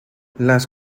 las